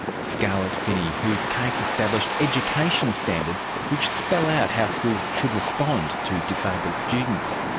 scarlett finney, whose case established education standards which spell out how schools should respond to disabled students.